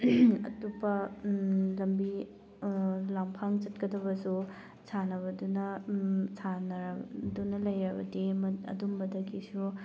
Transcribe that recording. ꯑꯇꯣꯞꯄ ꯂꯝꯕꯤ ꯂꯥꯡꯐꯥꯡ ꯆꯠꯀꯗꯕꯁꯨ ꯁꯥꯟꯅꯕꯗꯨꯅ ꯁꯥꯟꯅꯔꯗꯨꯅ ꯂꯩꯔꯕꯗꯤ ꯑꯗꯨꯝꯕꯗꯒꯤꯁꯨ